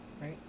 Right